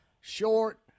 Short